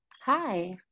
Hi